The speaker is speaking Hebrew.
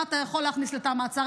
מה אתה יכול להכניס לתא המעצר.